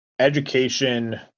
education